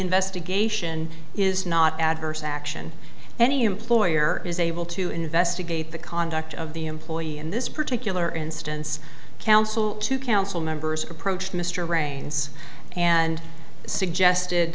investigation is not adverse action any employer is able to investigate the conduct of the employee in this particular instance counsel to council members approached mr raines and suggested